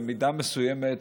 במידה מסוימת,